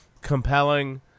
compelling